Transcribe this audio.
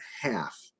half